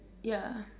ya